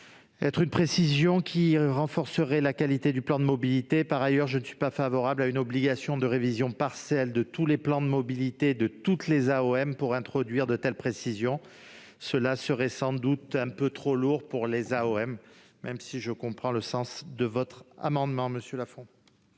de nature à renforcer la qualité des plans de mobilité. Par ailleurs, je ne suis pas favorable à une obligation de révision partielle de tous les plans de mobilité par toutes les AOM pour introduire une telle précision. Ce serait sans doute un peu trop lourd, même si je comprends le sens de cet amendement. En